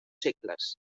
segles